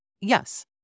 Yes